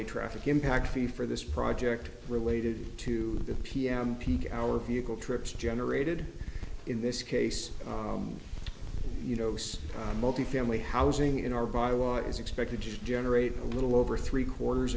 a traffic impact be for this project related to the pm peak hour vehicle trips generated in this case you know six multifamily housing in our by lot is expected to generate a little over three quarters